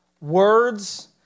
words